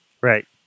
right